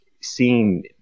seeing –